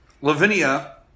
Lavinia